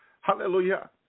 Hallelujah